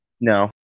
no